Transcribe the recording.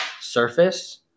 surface